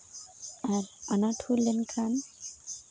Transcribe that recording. ᱟᱨ ᱟᱱᱟᱴ ᱦᱩᱭ ᱞᱮᱱᱠᱷᱟᱱ